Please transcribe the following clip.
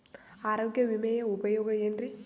ಆರೋಗ್ಯ ವಿಮೆಯ ಉಪಯೋಗ ಏನ್ರೀ?